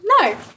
No